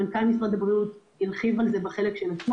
מנכ"ל משרד הבריאות הרחיב על זה בחלק שלו.